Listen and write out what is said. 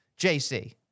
JC